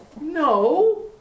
No